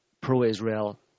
pro-Israel